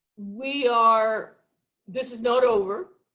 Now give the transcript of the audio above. we are this is not over.